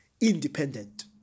independent